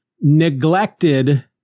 neglected